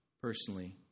personally